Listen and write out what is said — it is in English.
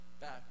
back